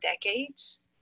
decades